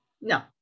no